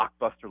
blockbuster